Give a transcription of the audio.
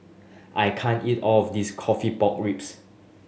I can't eat all of this coffee pork ribs